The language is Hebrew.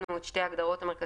השמטנו את שתי ההגדרות המרכזיות,